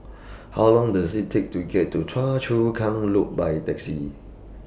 How Long Does IT Take to get to Choa Chu Kang Loop By Taxi